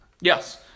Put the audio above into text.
Yes